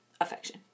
Affection